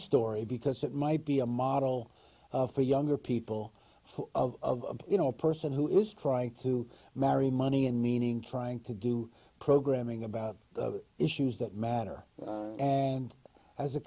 story because it might be a model for younger people of you know a person who is trying to marry money and meaning trying to do programming about issues that matter and as a